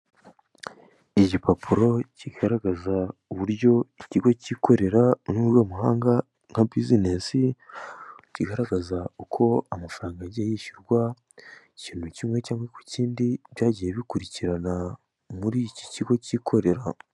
Igipapuro kigaragaza uburyo ikigo cyikorera mu rurimi rw'amahanga nka buzinesi, kigaragaza uko amafaranga yagiye yishyurwa ikintu kimwe cyangwa ku kindi byagiye bikurikirana muri iki kigo cyikorera.